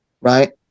right